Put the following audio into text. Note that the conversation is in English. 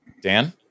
Dan